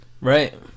Right